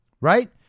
right